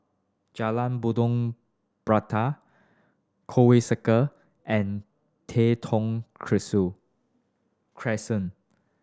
Jalan Buloh Perindu Conway Circle and Tai Thong Crescent